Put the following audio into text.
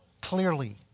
clearly